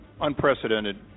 unprecedented